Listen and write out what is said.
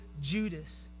Judas